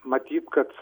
matyt kad